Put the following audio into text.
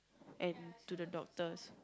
and to the doctor's